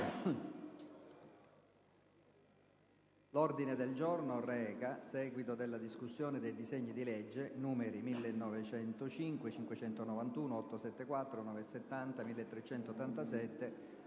L'ordine del giorno reca il seguito della discussione dei disegni di legge nn. 1905, 591, 874, 970, 1387